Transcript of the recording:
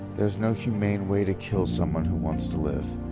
there is no humane way to kill someone who wants to live.